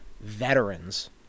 veterans